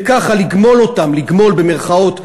וככה "לגמול" אותם מהתשלומים,